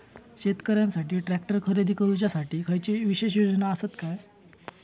शेतकऱ्यांकसाठी ट्रॅक्टर खरेदी करुच्या साठी खयच्या विशेष योजना असात काय?